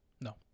No